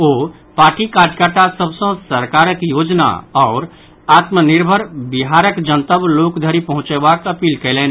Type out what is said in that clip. ओ party कार्यकर्ता सभ सँ सरकारक योजना आओर आत्मनिर्भर बिहारक जनतब लोक धरि पहुंचयबाक अपील कयलनि